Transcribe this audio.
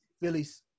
Phillies